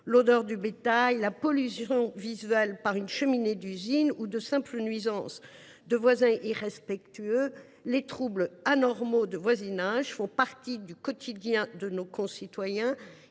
odeurs de bétail, la pollution visuelle due à une cheminée d’usine ou de simples nuisances provoquées par des voisins irrespectueux, les troubles anormaux de voisinage font partie du quotidien de nos concitoyens.